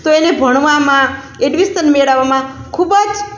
તો એને ભણવામાં એડમિશન મેળવવામાં ખૂબ જ